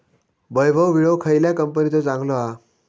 वैभव विळो खयल्या कंपनीचो चांगलो हा?